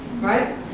right